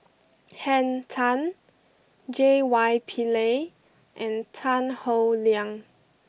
Henn Tan J Y Pillay and Tan Howe Liang